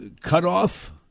cutoff